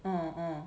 uh uh